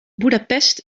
budapest